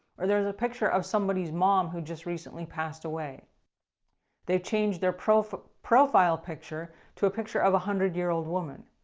or there's a picture of somebody's mom who just recently passed away they changed their profile profile picture to a picture of a hundred-year-old woman.